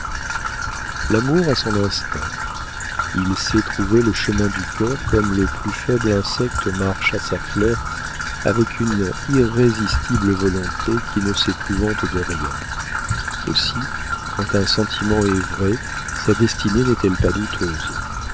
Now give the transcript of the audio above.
l'amour a son instinct il sait trouver le chemin du cœur comme le plus faible insecte marche à sa fleur avec une irrésistible volonté qui ne s'épouvante de rien aussi quand un sentiment est vrai sa destinée n'est-elle pas douteuse